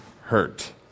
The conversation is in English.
hurt